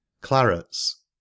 Clarets